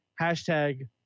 hashtag